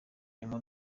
iyo